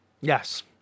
Yes